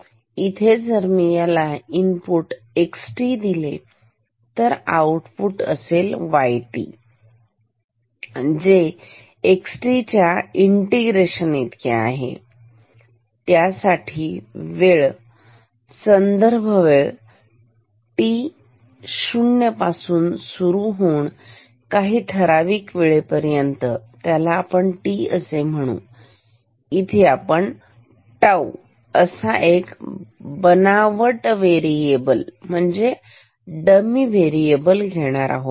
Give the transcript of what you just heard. इथे जर मी याला इनपुट xt दिले तर आउटपुट असेल yt जे xt च्या इंटिग्रेशन इतके आहे त्यासाठी वेळ संदर्भ वेळ t 0 पासून सुरु होऊन काही ठराविक वेळेपर्यंत पर्यंत असते त्याला आपण t असे म्हणून आणि इथे आपण टाऊ असा एक बनावट व्हेरिएबल म्हणजे डमी वेरिएबल घेणार आहोत